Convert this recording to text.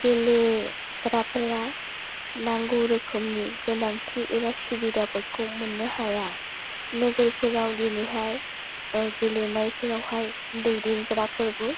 गेलेग्राफोरा नांगौ रोखोमनि गोनांथि एबा सुबिदाफोरखौ मोननो हाया नोगोरफोराव दिनैहाय गेलेनायफोरावहाय दैदेनग्राफोरबो